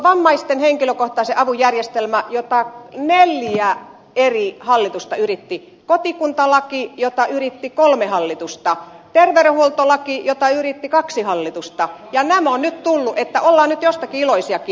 vammaisten henkilökohtaisen avun järjestelmä jota neljä eri hallitusta yritti kotikuntalaki jota yritti kolme hallitusta terveydenhuoltolaki jota yritti kaksi hallitusta ja nämä ovat nyt tulleet että ollaan nyt jostakin iloisiakin